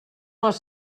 les